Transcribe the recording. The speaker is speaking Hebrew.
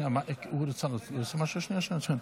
דקה, דקה, דקה.